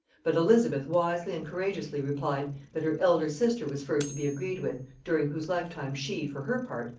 but elizabeth wisely and courageously replied, that her elder sister was first to be agreed with, during whose lifetime she, for her part,